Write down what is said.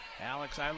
Alex